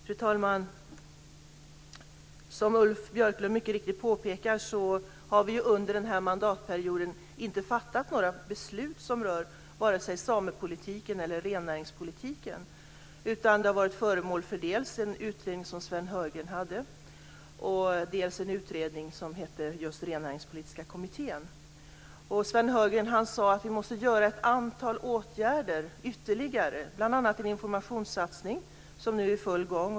Fru talman! Som Ulf Björklund mycket riktigt påpekar har vi under den här mandatperioden inte fattat några beslut som rör vare sig same eller rennäringspolitiken. Den har varit föremål dels för en utredning som genomförts av Sven Hörgren, dels för en utredning gjord av Rennäringspolitiska kommittén. Sven Hörgren sade att vi måste vidta ett antal ytterligare åtgärder, bl.a. en informationssatsning som nu är i full gång.